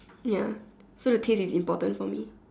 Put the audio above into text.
ya so the taste is important for me